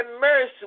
mercy